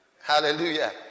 Hallelujah